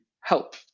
help